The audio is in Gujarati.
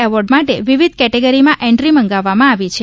એવોર્ડસ માટે વિવિધ કેટેગરીમાં એન્ટ્રી મંગાવવામાં આવી છે